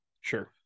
sure